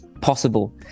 Possible